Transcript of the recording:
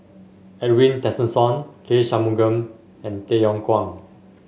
Edwin Tessensohn K Shanmugam and Tay Yong Kwang